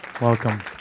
Welcome